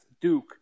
Duke